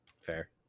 fair